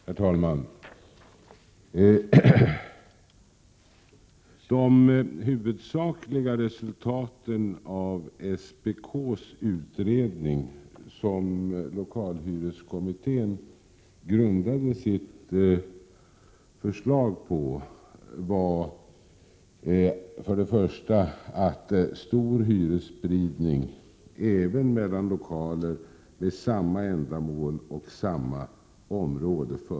Herr talman! De huvudsakliga resultaten av SPK:s utredning, som lokalhyreskommittén grundade sitt förslag på, var för det första att stor hyresspridning förelåg även mellan lokaler med samma ändamål och i samma område.